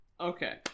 Okay